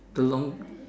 too long